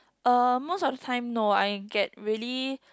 uh most of the time no I get really